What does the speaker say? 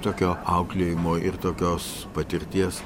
tokio auklėjimo ir tokios patirties